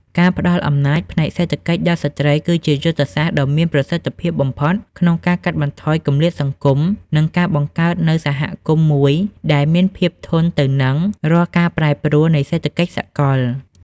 ការផ្ដល់អំណាចផ្នែកសេដ្ឋកិច្ចដល់ស្ត្រី គឺជាយុទ្ធសាស្ត្រដ៏មានប្រសិទ្ធភាពបំផុតក្នុងការកាត់បន្ថយគម្លាតសង្គម និងការបង្កើតនូវសហគមន៍មួយដែលមានភាពធន់ទៅនឹងរាល់ការប្រែប្រួលនៃសេដ្ឋកិច្ចសកល។